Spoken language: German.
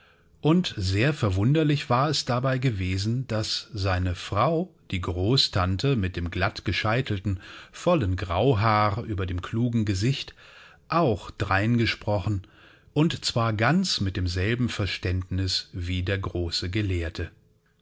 und sehr verwunderlich war es dabei gewesen daß seine frau die großtante mit dem glatt gescheitelten vollen grauhaar über dem klugen gesicht auch drein gesprochen und zwar ganz mit demselben verständnis wie der große gelehrte